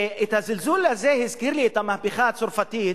הזלזול הזה הזכיר לי את המהפכה הצרפתית.